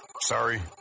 Sorry